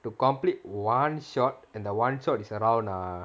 to complete one shot and the one shot is around err